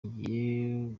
ngiye